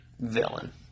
villain